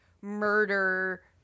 murder